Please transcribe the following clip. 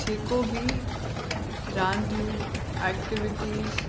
जेको बि रांदियूं एक्टीविटीज़